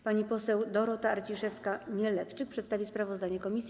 Pani poseł Dorota Arciszewska-Mielewczyk przedstawi sprawozdanie komisji.